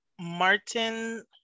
Martin